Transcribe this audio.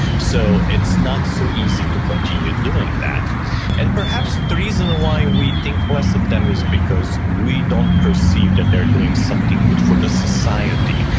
so it's not so easy to continue doing that and perhaps, the reason why we think less of them is because we don't perceive that they're doing something good for the society,